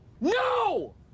No